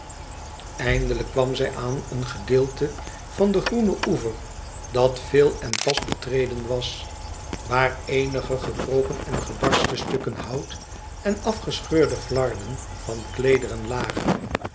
eindelijk kwam zij aan een gedeelte van den groenen oever dat veel en pas betreden was waar eenige gebroken en gebarsten stukken hout en afgescheurde flarden van kleederen lagen